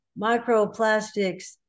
microplastics